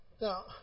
Now